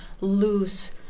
loose